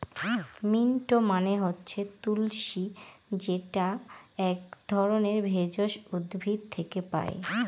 mint মানে হচ্ছে তুলশী যেটা এক ধরনের ভেষজ উদ্ভিদ থেকে পায়